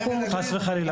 חס וחלילה.